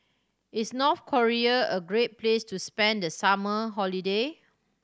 is North Korea a great place to spend the summer holiday